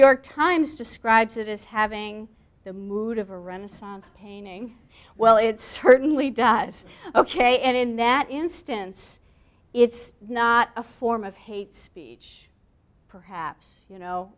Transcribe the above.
york times describes it as having the mood of a renaissance painting well it certainly does ok and in that instance it's not a form of hate speech perhaps you know